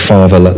Father